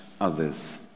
others